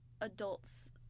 adults